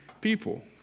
people